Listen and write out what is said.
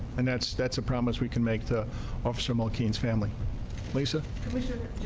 and that's that's a promise we can make the officer mccain's family police. ah commissioner,